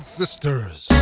sisters